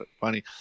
funny